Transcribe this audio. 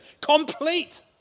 Complete